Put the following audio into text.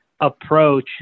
approach